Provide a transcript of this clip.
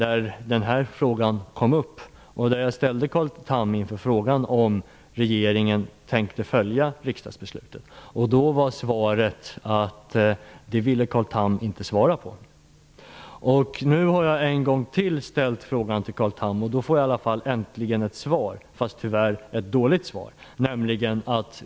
Jag frågade då Carl Tham om regeringen tänkte fullfölja riksdagsbeslutet. Den frågan ville Carl Tham inte svara på. Nu har jag ställt frågan till Carl Tham ytterligare en gång, och då fick jag äntligen ett svar, som tyvärr var dåligt.